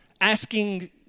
asking